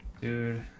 dude